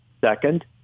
second